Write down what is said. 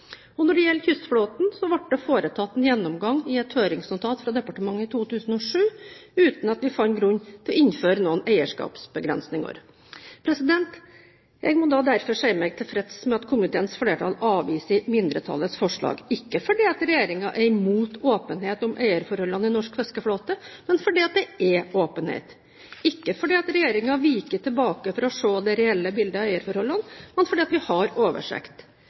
Når det gjelder kystflåten, ble det foretatt en gjennomgang i et høringsnotat fra departementet i 2007, uten at vi fant grunn til å innføre noen eierskapsbegrensninger. Jeg må derfor si meg tilfreds med at komiteens flertall avviser mindretallets forslag – ikke fordi regjeringen er imot åpenhet om eierforholdene i norsk fiskeflåte, men fordi det er åpenhet, og ikke fordi regjeringen viker tilbake for å se det reelle bildet av eierforholdene, men fordi vi har oversikt.